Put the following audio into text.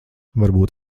varbūt